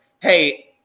hey